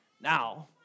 Now